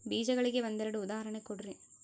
ಬೇಜಗಳಿಗೆ ಒಂದೆರಡು ಉದಾಹರಣೆ ಕೊಡ್ರಿ?